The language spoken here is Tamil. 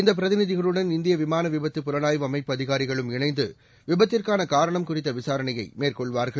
இந்தப் பிரதிநிதிகளுடன் இந்தியவிமானவிபத்து புலனாய்வு அமைப்பு அதிகாரிகளும் இணைந்துவிபத்துக்கானகாரணம் குறித்தவிசாரணைமேற்கொள்ளுவார்கள்